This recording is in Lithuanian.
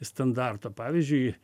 standarto pavyzdžiui